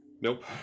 nope